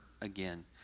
again